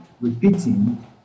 repeating